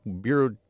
Bureau